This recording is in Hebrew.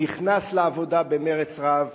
נכנס לעבודה במרץ רב.